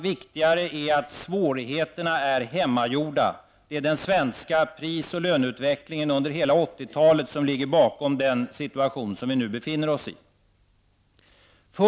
Viktigare är att svårigheterna är hemmagjorda. Det är den svenska pris och löneutvecklingen under hela 1980-talet som ligger bakom den situation som vi nu befinner oss i.